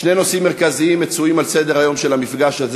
שני נושאים מרכזיים נמצאים על סדר-היום של המפגש הזה